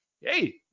hey